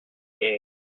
gate